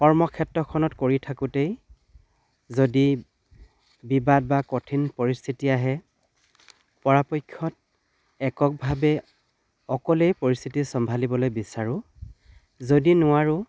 কৰ্মক্ষেত্ৰখনত কৰি থাকোঁতে যদি বিবাদ বা কঠিন পৰিস্থিতি আহে পৰাপক্ষত এককভাৱে অকলেই পৰিস্থিতি চম্ভালিবলৈ বিচাৰোঁ যদি নোৱাৰোঁ